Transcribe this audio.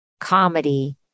comedy